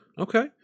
Okay